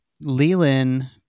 Leland